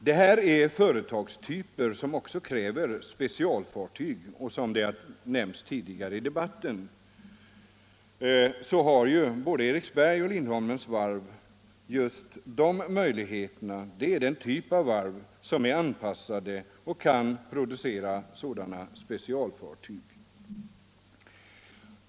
Det här är företagstyper som kräver specialfartyg, och såsom redan nämnts i debatten tillhör både Eriksbergs och Lindholmens varv den typ av varv som är anpassad för att producera sådana specialfartyg.